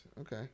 Okay